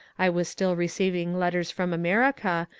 i was still receiving letters from america,